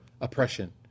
oppression